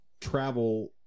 travel